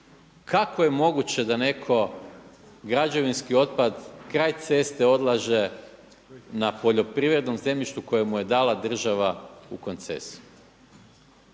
kako je moguće da netko građevinski otpad kraj ceste odlaže na poljoprivrednom zemljištu koje mu je dala država u koncesiju.